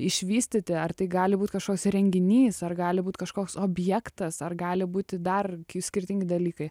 išvystyti ar tai gali būt kažkoks įrenginys ar gali būti kažkoks objektas ar gali būti dar skirtingi dalykai